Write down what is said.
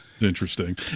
interesting